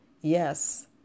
Yes